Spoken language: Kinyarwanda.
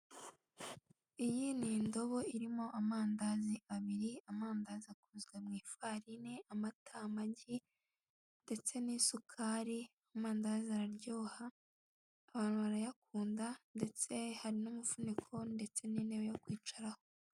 Iyi n'indobo irimo amandazi abiri ,amandazi akozwe mu ifarini, amata ,amagi ,ndetse n'isukari ,amandazi araryoha , abantu barayakunda ndetse hari n'umufuniko , ndetse n'intebe yo kwicaraho.